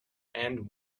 and